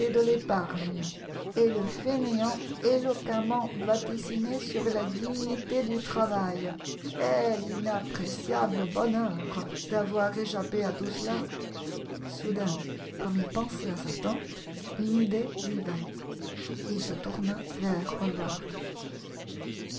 de l'épargne et le fainéant éloquemment va dessinait sur la dignité du travail quel inappréciable bonheur d'avoir échappé à tout cela soudain comme il pensait à sa tante une idée lui vint il se tourna vers hall